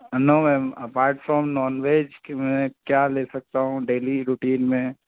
no ma'am apart from non veg मैं क्या ले सकता हूँ डेली रूटीन में